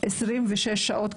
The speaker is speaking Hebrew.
26 שעות עבודה,